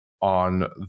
on